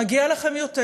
מגיע לכם יותר.